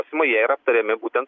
jie yra aptariami būtent